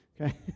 okay